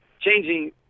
changing